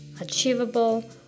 achievable